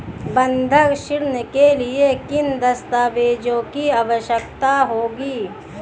बंधक ऋण के लिए किन दस्तावेज़ों की आवश्यकता होगी?